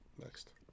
next